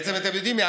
בעצם, אתם יודעים מה?